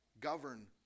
govern